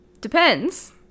depends